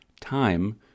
time